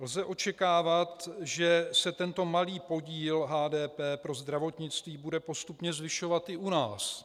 Lze očekávat, že se tento malý podíl HDP pro zdravotnictví bude postupně zvyšovat i u nás.